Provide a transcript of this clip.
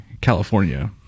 California